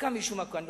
קם מישהו מהקואליציה,